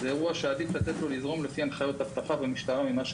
זה אירוע שעדיף לתת לו לזרום לפי הנחיות המשטרה והאבטחה.